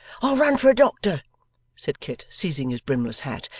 i'll run for a doctor' said kit, seizing his brimless hat.